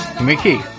Mickey